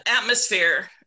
atmosphere